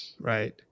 Right